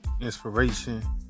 inspiration